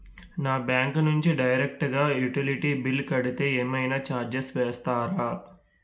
నా బ్యాంక్ నుంచి డైరెక్ట్ గా యుటిలిటీ బిల్ కడితే ఏమైనా చార్జెస్ వేస్తారా?